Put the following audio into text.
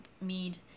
mead